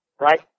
right